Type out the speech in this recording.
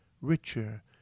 richer